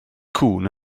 cŵn